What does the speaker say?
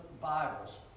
Bibles